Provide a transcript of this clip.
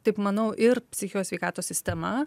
taip manau ir psichikos sveikatos sistema